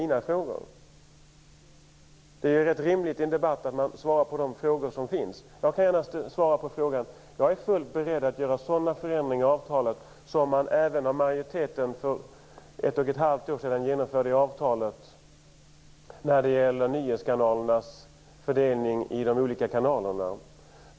I en debatt är det ju rätt rimligt att man svarar på de frågor som ställs. Jag kan gärna svara på Agneta Ringmans fråga. Jag är fullt beredd att göra förändringar när det gäller nyhetskanalernas fördelning i det avtal som majoriteten för ett och ett halvt år sedan genomförde.